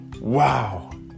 Wow